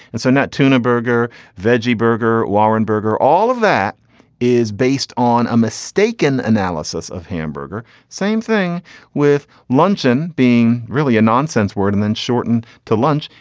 and so that tuna burger veggie burger warren burger all of that is based on a mistaken analysis of hamburger. same thing with luncheon being really a nonsense word and then shorten to lunch.